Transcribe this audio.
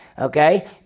Okay